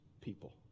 people